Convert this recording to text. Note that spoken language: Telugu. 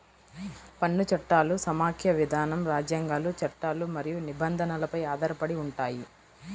పన్ను చట్టాలు సమాఖ్య విధానం, రాజ్యాంగాలు, చట్టాలు మరియు నిబంధనలపై ఆధారపడి ఉంటాయి